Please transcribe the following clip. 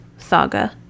saga